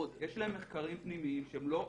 יש להם מחקרים פנימיים שהם לא חושפים.